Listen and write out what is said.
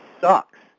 sucks